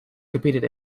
competed